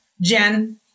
Jen